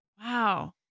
Wow